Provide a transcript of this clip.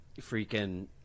freaking